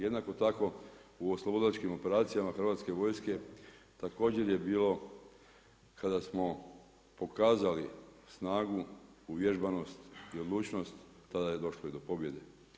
Jednako tako u oslobodilačkim operacijama hrvatske vojske, također je bilo kada smo pokazali snagu, uvježbanost, i odlučnost, tada je došlo i do pobjede.